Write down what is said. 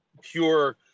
pure